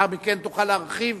לאחר מכן תוכל להרחיב